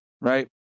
Right